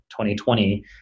2020